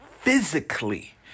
physically